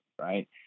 Right